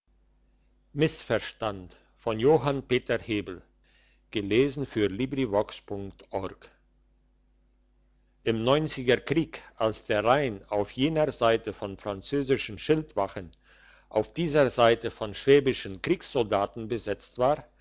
missverstand im neunziger krieg als der rhein auf jener seite von französischen schildwachen auf dieser seite von schwäbischen kreissoldaten besetzt war